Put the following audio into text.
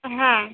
হ্যাঁ